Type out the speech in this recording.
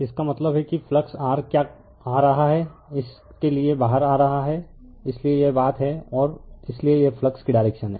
इसका मतलब है कि फ्लक्स r क्या आ रहा है इसके लिए बाहर आ रहा है इसलिए यह बात है और इसलिए यह फ्लक्स की डायरेक्शन है